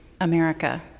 America